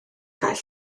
cael